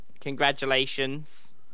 congratulations